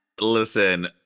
Listen